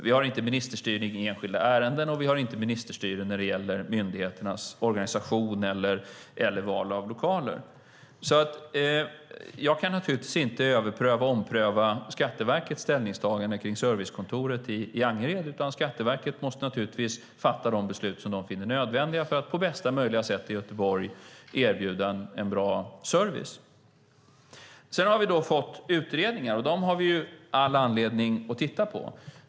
Vi har ingen ministerstyrning i enskilda ärenden, och vi har inte ministerstyre när det gäller myndigheternas organisation eller val av lokaler. Jag kan naturligtvis inte överpröva eller ompröva Skatteverkets ställningstagande om servicekontoret i Angered. Skatteverket måste fatta de beslut som man finner nödvändiga för att på bästa möjliga sätt erbjuda en bra service i Göteborg. Sedan har vi fått utredningar, och dem har vi all anledning att titta på.